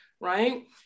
right